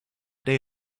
day